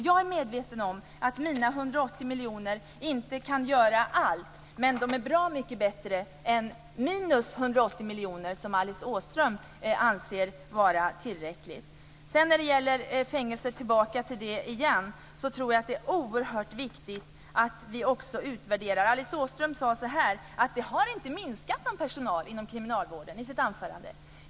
Jag är medveten om att mina 180 miljoner inte kan göra allt - men de är bra mycket bättre än minus 180 miljoner, som Alice Åström anser vara tillräckligt. Jag återkommer till frågan om fängelser. Jag tror att det är oerhört viktigt att vi utvärderar detta. Alice Åström sade i sitt anförande att personalen inom kriminalvården inte har minskat.